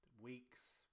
week's